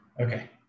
Okay